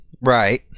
Right